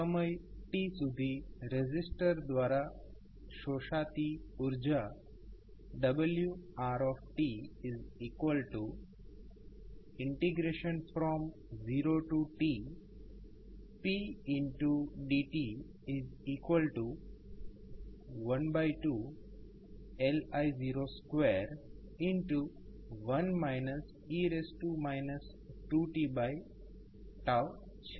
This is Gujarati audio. સમય t સુધી રેઝિસ્ટર દ્વારા શોષાતી ઉર્જા wR0tp dt 12LI02 1 e 2t છે